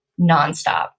nonstop